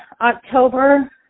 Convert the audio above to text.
October